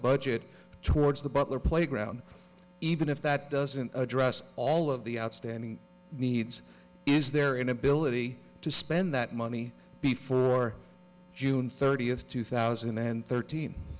budget towards the butler playground even if that doesn't address all of the outstanding needs is their inability to spend that money before june thirtieth two thousand and thirteen